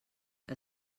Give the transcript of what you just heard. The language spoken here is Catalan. que